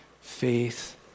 faith